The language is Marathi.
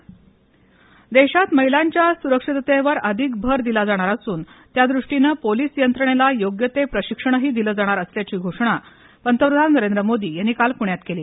पोलीस परिषद देशात महिलांच्या सुरक्षिततेवर अधिक भर दिला जाणार असून त्या दृष्टिनं पोलीस यंत्रणेला योग्य ते प्रशिक्षणही दिलं जाणार असल्याची घोषणा पंतप्रधान नरेंद्र मोदी यांनी काल पुण्यात केली